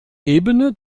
ebene